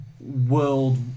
World